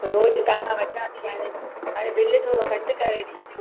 रोज तव्हांखां वठा थी हाणे हाणे बिल थोरो घटि करे ॾिजो